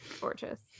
Gorgeous